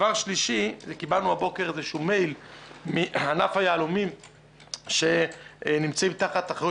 קיבלנו הבוקר מייל מענף היהלומים שנמצאים תחת אחריות